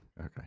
okay